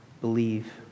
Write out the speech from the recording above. believe